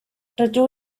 rydw